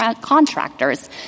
contractors